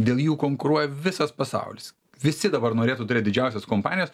dėl jų konkuruoja visas pasaulis visi dabar norėtų turėt didžiausias kompanijas